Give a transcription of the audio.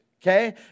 Okay